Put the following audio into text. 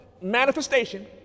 manifestation